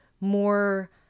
more